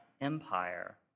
empire